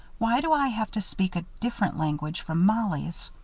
why do i have to speak a different language from mollie's?